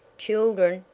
children,